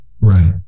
Right